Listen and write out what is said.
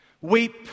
Weep